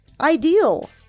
Ideal